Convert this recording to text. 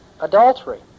adultery